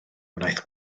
wnaeth